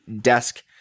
desk